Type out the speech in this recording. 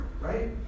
Right